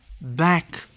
back